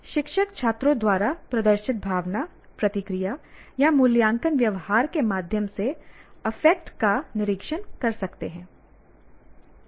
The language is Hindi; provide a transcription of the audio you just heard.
शिक्षक छात्रों द्वारा प्रदर्शित भावना प्रतिक्रिया या मूल्यांकन व्यवहार के माध्यम से अफेक्ट का निरीक्षण कर सकते हैं